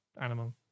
animal